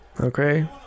Okay